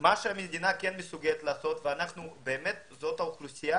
מה שהמדינה מסוגלת לעשות, וזאת האוכלוסייה